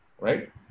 right